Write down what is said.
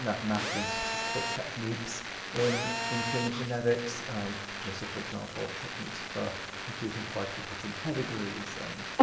mathematical and statistical techniques in in human genetics. you know, so for example, techniques for computing likelihoods in pedigrees and